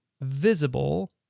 visible